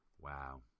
Wow